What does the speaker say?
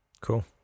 Cool